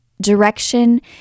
direction